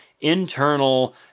internal